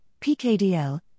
PKDL